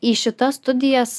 į šitas studijas